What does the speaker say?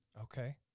Okay